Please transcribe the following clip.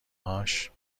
هاش